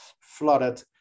flooded